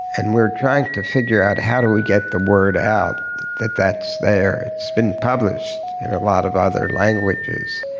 and we're trying to figure out how to we get the word out that that's there. it's been published in a lot of other languages.